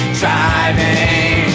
driving